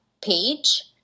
page